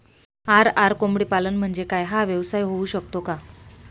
RR कोंबडीपालन म्हणजे काय? हा व्यवसाय होऊ शकतो का?